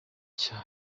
cya